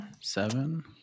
seven